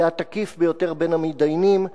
היה התקיף ביותר מבין המתדיינים,